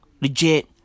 Legit